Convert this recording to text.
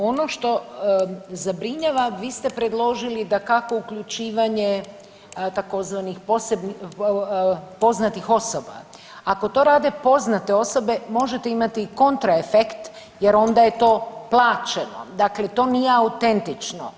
Ono što zabrinjava, vi ste predložili dakako uključivanje tzv. poznatih osoba, ako to rade poznate osobe možete imati kontraefekt jer onda je to plaćeno, dakle to nije autentično.